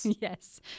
yes